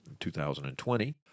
2020